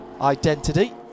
identity